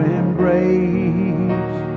embrace